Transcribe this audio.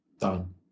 done